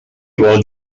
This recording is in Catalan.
vol